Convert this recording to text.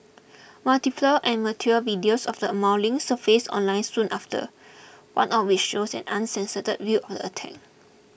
multiple amateur videos of the mauling surfaced online soon after one of which shows an uncensored view the attack